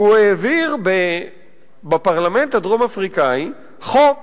והוא העביר בפרלמנט הדרום-אפריקני חוק